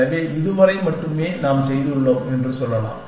எனவே இது வரை மட்டுமே நாம் செய்துள்ளோம் என்று சொல்லலாம்